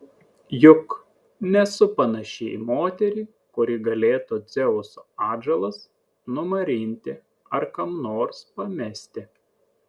juk nesu panaši į moterį kuri galėtų dzeuso atžalas numarinti ar kam nors pamesti